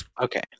Okay